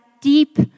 deep